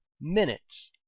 minutes